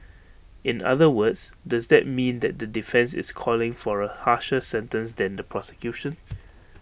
in other words does that mean that the defence is calling for A harsher sentence than the prosecution